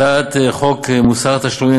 הצעת חוק מוסר התשלומים,